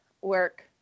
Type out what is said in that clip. work